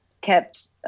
kept